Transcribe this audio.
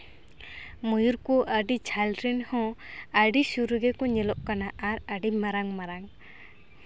ᱢᱚᱭᱩᱨ ᱠᱚ ᱟᱹᱰᱤ ᱡᱷᱟᱹᱞ ᱨᱮᱱᱦᱚᱸ ᱟᱹᱰᱤ ᱥᱩᱨ ᱨᱮᱜᱮ ᱠᱚ ᱧᱮᱞᱚᱜ ᱠᱟᱱᱟ ᱟᱨ ᱟᱹᱰᱤ ᱢᱟᱨᱟᱝ ᱢᱟᱨᱟᱝ